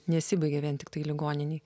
nesibaigia vien tiktai ligoninėje